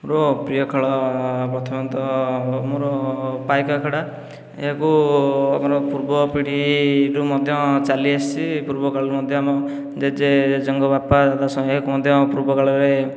ମୋର ପ୍ରିୟ ଖେଳ ପ୍ରଥମତଃ ମୋର ପାଇକ ଆଖଡ଼ା ଏହାକୁ ଆମର ପୂର୍ବ ପିଢ଼ୀରୁ ମଧ୍ୟ ଚାଲି ଆସିଛି ପୂର୍ବ କାଳରୁ ମଧ୍ୟ ଆମ ଜେଜେ ଜେଜେଙ୍କ ବାପା ତା ସଙ୍ଗେ କୁହନ୍ତି ଆମ ପୂର୍ବ କାଳରେ